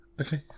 Okay